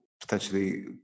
potentially